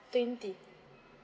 twenty